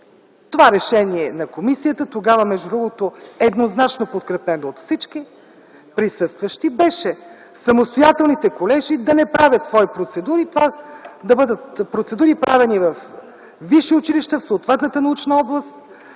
Това решение на комисията - тогава, между другото, еднозначно подкрепено от всички присъстващи - беше самостоятелните колежи да не правят свои процедури. Това да бъдат процедури, правени във висши училища в съответната научна област